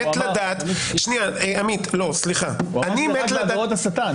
הוא אמר שזה רק בעבירות הסתה.